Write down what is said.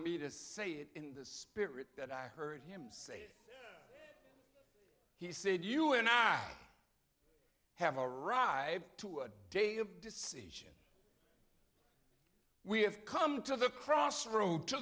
me to say it in the spirit that i heard him say he said you and i i have a right to a day of decision we have come to the crossroad to